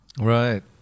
Right